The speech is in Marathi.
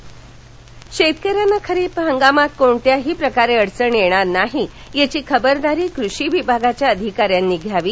खरीप आढावा गडचिरोली शेतकऱ्यांना खरीप हंगामात कोणत्याही प्रकारे अडचण येणार नाही याची खबरदारी कृषी विभागाच्या अधिकाऱ्यांनी घ्यावी